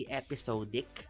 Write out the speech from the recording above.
episodic